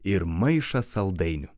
ir maišą saldainių